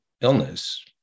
illness